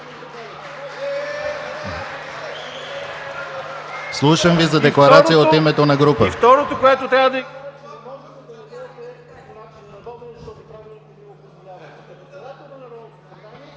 Слушам Ви за декларация от името на група.